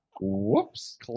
Whoops